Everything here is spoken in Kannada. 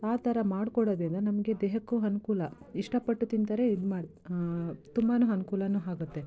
ಆ ಥರ ಮಾಡ್ಕೊಡೋದ್ರಿಂದ ನಮಗೆ ದೇಹಕ್ಕೂ ಅನ್ಕೂಲ ಇಷ್ಟಪಟ್ಟು ತಿಂತಾರೆ ಇದು ಮಾಡಿ ತುಂಬಾ ಅನ್ಕೂಲನೂ ಆಗುತ್ತೆ